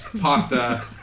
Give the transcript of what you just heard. pasta